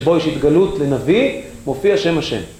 בו יש התגלות לנביא, מופיע שם השם.